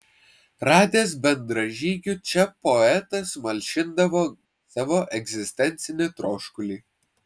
radęs bendražygių čia poetas malšindavo savo egzistencinį troškulį